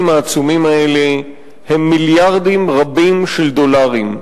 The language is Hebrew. העצומים האלה הן מיליארדים רבים של דולרים.